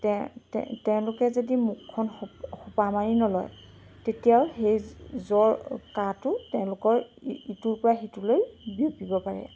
তেওঁলোকে যদি মুখখন সোপা মাৰি নলয় তেতিয়াও সেই জ্বৰ কাহটো তেওঁলোকৰ ইটোৰ পৰা সিটোলৈ বিয়পিব পাৰে